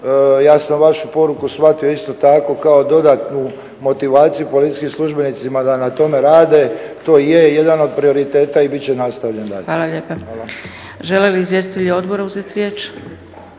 Ja sam vašu poruku shvatio isto tako kao dodatnu motivaciju policijskim službenicima da na tome rade. To je jedan od prioriteta i bit će nastavljen dalje. Hvala. **Zgrebec, Dragica (SDP)** Hvala lijepa. Žele li izvjestitelji odbora uzeti riječ?